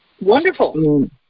Wonderful